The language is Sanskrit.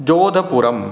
जोदपुरम्